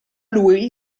lui